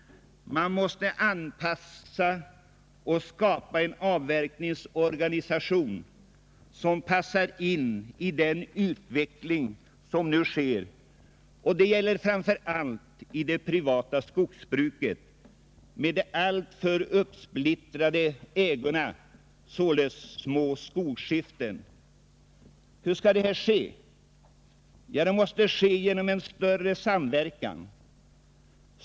Det måste skapas en avverkningsorganisation som passar in i den utveckling som nu sker, och det gäller framför allt inom det privata skogsbruket, där ägorna är alltför uppsplittrade på små skogsskiften. Hur skall det ske? Jo, det måste ske genom utvidgad samverkan.